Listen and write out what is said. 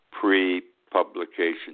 pre-publication